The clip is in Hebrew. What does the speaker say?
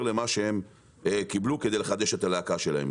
למה שהם קיבלו כדי לחדש את הלהקה שלהם.